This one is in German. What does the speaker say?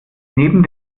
neben